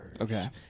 Okay